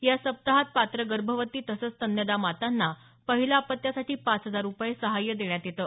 या सप्ताहात पात्र गर्भवती तसंच स्तन्यदा मातांना पहिल्या अपत्यासाठी पाच हजार रुपये सहाय्य देण्यात येतं